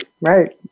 Right